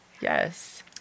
Yes